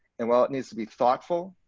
and while it needs to be thoughtful,